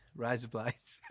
rise up lights.